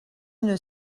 une